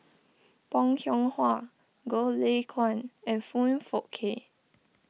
Bong Hiong Hwa Goh Lay Kuan and Foong Fook Kay